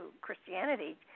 Christianity